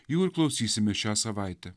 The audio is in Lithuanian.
jų ir klausysimės šią savaitę